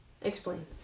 Explain